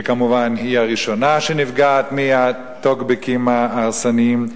שכמובן, היא הראשונה שנפגעת מהטוקבקים ההרסניים,